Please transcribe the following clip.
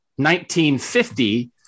1950